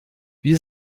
wir